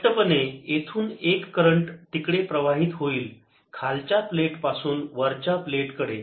स्पष्टपणे येथून एक करंट तिकडे प्रवाहित होईल खालच्या प्लेट पासून वरच्या प्लेट कडे